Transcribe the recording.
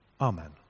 Amen